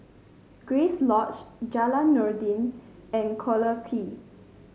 Grace Lodge Jalan Noordin and Collyer Quay